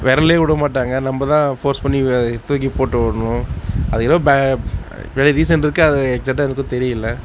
விரலே விடமாட்டாங்க நம்ப தான் ஃபோர்ஸ் பண்ணி தூக்கி போட்டுவிட்ணும் அது ஏதோ ப பெரிய ரீசன் இருக்குது அது எக்ஸாட்டாக எனக்கும் தெரியலை